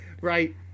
right